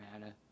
matter